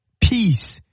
peace